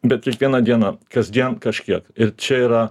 bet kiekvieną dieną kasdien kažkiek ir čia yra